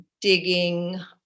digging